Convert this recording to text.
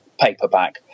paperback